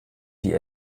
die